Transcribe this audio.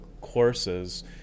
courses